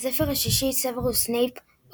בספר השישי סוורוס סנייפ,